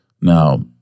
Now